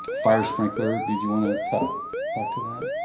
fire sprinkler, did you want to to talk to that?